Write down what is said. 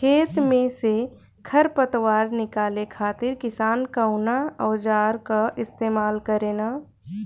खेत में से खर पतवार निकाले खातिर किसान कउना औजार क इस्तेमाल करे न?